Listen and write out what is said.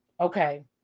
okay